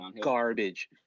garbage